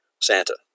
Santa